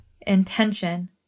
intention